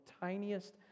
tiniest